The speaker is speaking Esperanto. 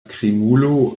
krimulo